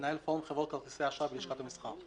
מנהל פורום חברות כרטיסי אשראי באיגוד לשכות המסחר.